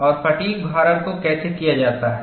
और फ़ैटिग् भारण को कैसे किया जाता है